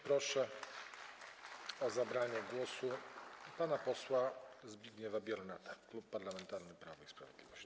Proszę o zabranie głosu pana posła Zbigniewa Biernata, Klub Parlamentarny Prawo i Sprawiedliwość.